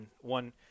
one –